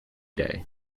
day